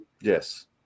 Yes